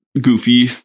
goofy